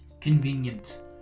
convenient